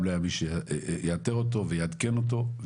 לכתריאל לא היה מי שיאתר ויעדכן אותו,